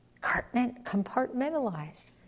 Compartmentalized